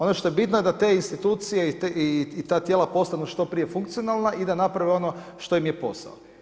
Ono što je bitno, da te institucije i ta tijela postanu što prije funkcionalna i da naprave ono što im je posao.